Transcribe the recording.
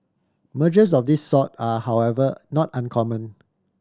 mergers of this sort are however not uncommon